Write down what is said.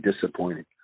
disappointing